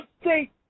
state